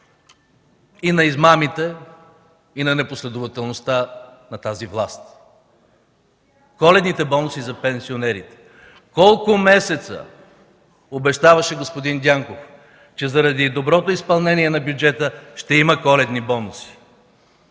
и за измамите, и за непоследователността на тази власт. Коледните бонуси за пенсионерите. Колко месеца господин Дянков обещаваше, че заради доброто изпълнение на бюджета ще има коледни бонуси?